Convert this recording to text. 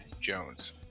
Jones